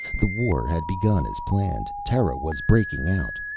the war had begun as planned. terra was breaking out.